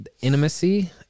intimacy